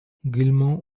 gilmour